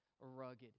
rugged